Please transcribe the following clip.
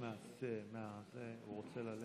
אדוני היושב-ראש, גברתי השרה, לפני שאני אתחיל